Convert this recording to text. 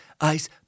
ice